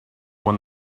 when